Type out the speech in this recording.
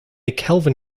kelvin